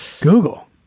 Google